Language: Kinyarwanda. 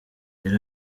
yari